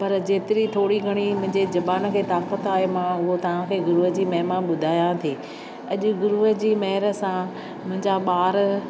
पर जेतिरी थोरी घणी मुंहिंजे ज़बान खे ताक़त आहे उहो मां तव्हां खे गुरुअ जी महिमा ॿुधायां थी अॼु गुरुअ जी महर सां मुंहिंजा ॿार